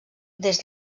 des